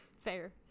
Fair